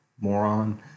moron